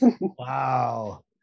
wow